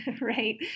right